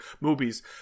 movies